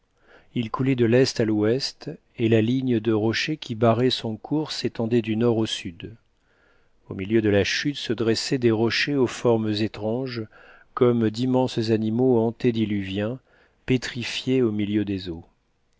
il coulait de l'est à l'ouest et la ligne de rochers qui barrait son cours s'étendait du nord au sud au milieu de la chute se dressaient des rochers aux formes étranges comme d'immenses animaux antédiluviens pétrifiés au milieu des eaux